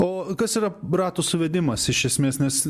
o kas yra ratų suvedimas iš esmės nes